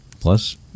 Plus